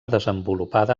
desenvolupada